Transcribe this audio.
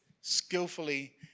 skillfully